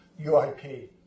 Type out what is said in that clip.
UIP